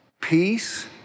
peace